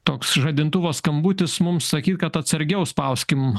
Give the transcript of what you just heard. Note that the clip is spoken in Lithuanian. toks žadintuvo skambutis mums sakyt kad atsargiau spauskim